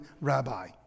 rabbi